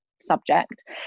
subject